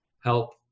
help